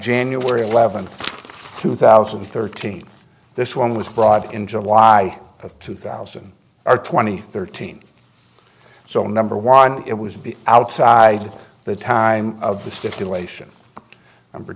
january eleventh two thousand and thirteen this one was brought in july of two thousand or twenty thirteen so number one it was outside the time of the stipulation number